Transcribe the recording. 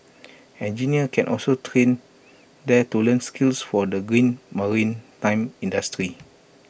engineers can also train there to learn skills for the green maritime industry